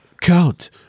Count